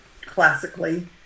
classically